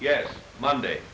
yes monday